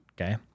Okay